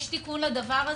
יש תיקון לדבר הזה?